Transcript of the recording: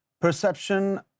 perception